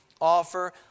offer